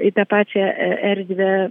į tą pačią e erdvę